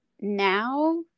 now